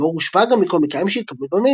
מור הושפע גם מקומיקאים שהתקבלו במיינסטרים,